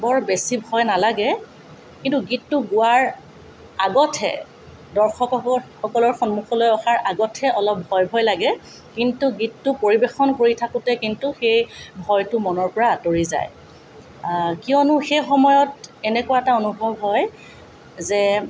বৰ বেছি ভয় নালাগে কিন্তু গীতটো গোৱাৰ আগতহে দৰ্শকসক সকলৰ সন্মুখলৈ অহাৰ আগতহে অলপ ভয় ভয় লাগে কিন্তু গীতটো পৰিৱেশন কৰি থাকোঁতে কিন্তু সেই ভয়তো মনৰ পৰা আতঁৰি যায় কিয়নো সেই সময়ত এনেকুৱা এটা অনুভৱ হয় যে